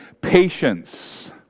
patience